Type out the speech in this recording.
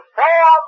four